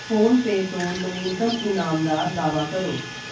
PhonePe ਤੋਂ ਨਵੀਨਤਮ ਇਨਾਮ ਦਾ ਦਾਅਵਾ ਕਰੋ